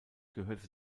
gehörte